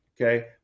okay